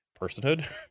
personhood